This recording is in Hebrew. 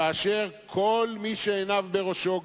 כאשר כל מי שעיניו בראשו,